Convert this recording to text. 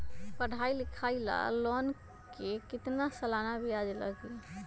पढाई लिखाई ला लोन के कितना सालाना ब्याज लगी?